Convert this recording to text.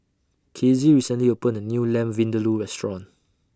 Kizzie recently opened A New Lamb Vindaloo Restaurant